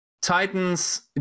titans